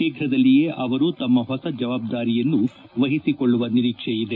ಶೀಘ್ರದಲ್ಲಿಯೇ ಅವರು ತಮ್ನ ಹೊಸ ಜವಾಬ್ದಾರಿಯನ್ನು ವಹಿಸಿಕೊಳ್ಳುವ ನಿರೀಕ್ಷೆ ಇದೆ